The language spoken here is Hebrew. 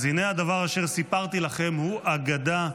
אז הינה הדבר אשר סיפרתי לכם הוא אגדה,